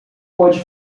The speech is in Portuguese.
pode